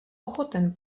ochoten